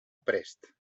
prest